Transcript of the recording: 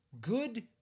good